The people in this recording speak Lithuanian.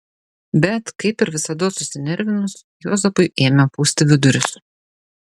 bet kaip ir visados susinervinus juozapui ėmė pūsti vidurius